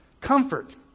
comfort